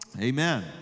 Amen